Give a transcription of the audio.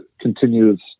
continues